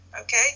okay